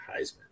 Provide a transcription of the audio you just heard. Heisman